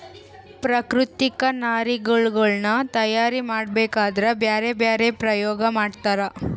ಪ್ರಾಕೃತಿಕ ನಾರಿನಗುಳ್ನ ತಯಾರ ಮಾಡಬೇಕದ್ರಾ ಬ್ಯರೆ ಬ್ಯರೆ ಪ್ರಯೋಗ ಮಾಡ್ತರ